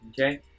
Okay